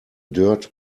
dirt